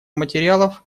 материалов